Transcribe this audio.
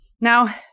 Now